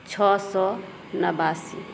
छओ सए नवासी